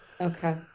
Okay